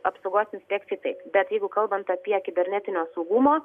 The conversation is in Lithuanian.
apsaugos inspekcijai taip bet jeigu kalbant apie kibernetinio saugumo